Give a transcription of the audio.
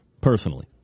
personally